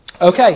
Okay